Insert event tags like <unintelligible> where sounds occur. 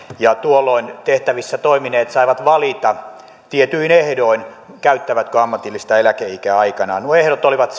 ja tuolloin tehtävissä toimineet saivat valita tietyin ehdoin käyttävätkö ammatillista eläkeikää aikanaan nuo ehdot olivat <unintelligible>